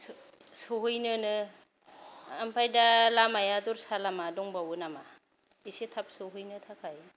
सहैनोनो ओमफाय दा लामाया दरसा लामा दंबावो नामा एसे थाब सहैनो थाखाय